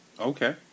Okay